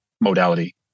modality